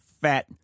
fat